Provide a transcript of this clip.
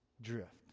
drift